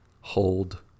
hold